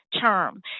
term